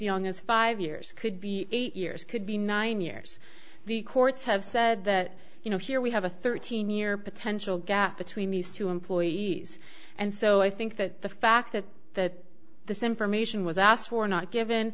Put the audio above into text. young as five years could be eight years could be nine years the courts have said that you know here we have a thirteen year potential gap between these two employees and so i think that the fact that that the same from asian was asked were not given